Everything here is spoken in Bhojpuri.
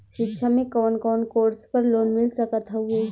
शिक्षा मे कवन कवन कोर्स पर लोन मिल सकत हउवे?